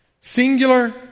Singular